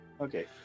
Okay